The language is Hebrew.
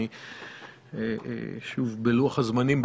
אני שוב בלוח הזמנים.